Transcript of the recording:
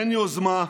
אין יוזמה,